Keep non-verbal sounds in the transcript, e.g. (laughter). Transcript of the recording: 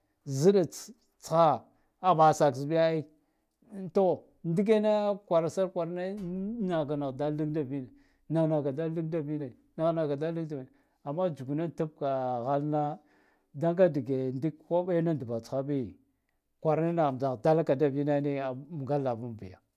Zdatskha akubaha sakbi ai to ndikene kwarasar kwarane (hesitation) naka nagh dagal da vin nakh naka dal dik da vine nakh naka dal dik da vine amma tsugune tibka a ghalna danga dge ndik koɓena dvatskhabi kwarane nakh tsa dal ka davine niyam nga lavanbiya.